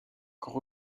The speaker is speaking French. quand